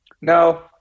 No